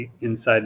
inside